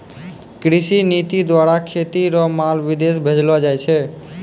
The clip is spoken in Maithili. कृषि नीति द्वारा खेती रो माल विदेश भेजलो जाय छै